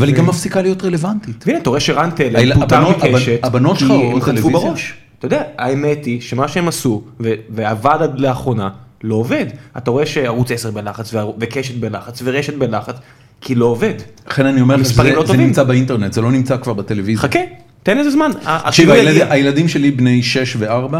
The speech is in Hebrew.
אבל היא גם הפסיקה להיות רלוונטית. והנה, אתה רואה שרנטל פותאום קשת, כי הם חטפו בראש. אתה יודע, האמת היא שמה שהם עשו ועבד לאחרונה, לא עובד. אתה רואה שערוץ 10 בנחץ וקשת בנחץ ורשת בנחץ, כי לא עובד. אכן, אני אומר, מספרים לא טובים. זה נמצא באינטרנט, זה לא נמצא כבר בטלוויזיה. חכה, תן איזה זמן. עכשיו הילדים שלי, בני 6 ו4,